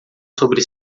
sobre